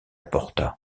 porta